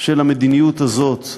של המדיניות הזאת,